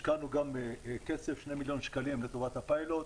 השקענו גם שני מיליון שקלים לטובת הפיילוט.